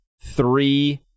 three